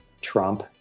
Trump